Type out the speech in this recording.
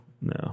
no